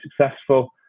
successful